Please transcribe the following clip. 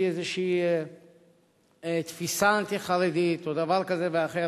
איזושהי תפיסה אנטי-חרדית או דבר כזה ואחר.